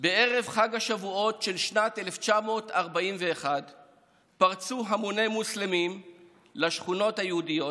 בערב חג השבועות של שנת 1941 פרצו המוני מוסלמים לשכונות היהודיות,